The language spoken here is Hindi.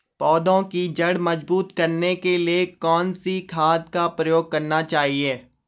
पौधें की जड़ मजबूत करने के लिए कौन सी खाद का प्रयोग करना चाहिए?